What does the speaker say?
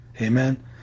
Amen